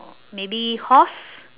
maybe horse